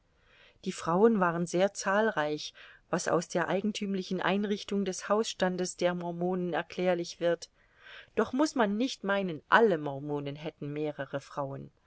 die frauen waren sehr zahlreich was aus der eigenthümlichen einrichtung des hausstandes der mormonen erklärlich wird doch muß man nicht meinen alle mormonen hätten mehrere frauen